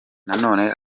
none